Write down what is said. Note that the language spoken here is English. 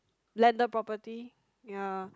landed property ya